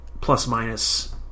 plus-minus